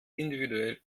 individuell